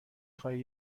خواهی